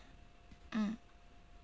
mm